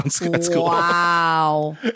Wow